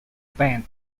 band